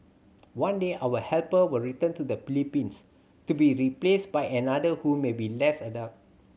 one day our helper will return to the Philippines to be replaced by another who may be less adept